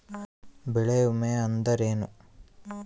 ಬೆಳೆ ವಿಮೆ ಅಂದರೇನು?